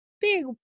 big